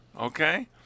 okay